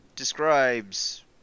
describes